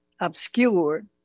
obscured